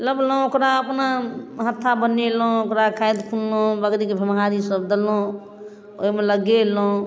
लबलौं ओकरा अपना हत्था बनेलहुँ ओकरा खादि खुनलहुँ बकरीके भेमहारी सब देलहुँ ओइमे लगेलहुँ